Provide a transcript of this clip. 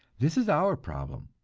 this is our problem,